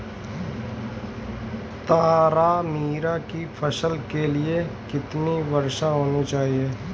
तारामीरा की फसल के लिए कितनी वर्षा होनी चाहिए?